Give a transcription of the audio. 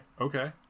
okay